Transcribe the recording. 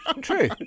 True